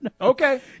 Okay